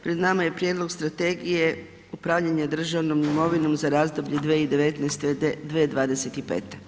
Pred nama je Prijedlog strategije upravljanja državnom imovinom za razdoblje 2019./2025.